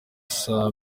saa